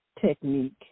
technique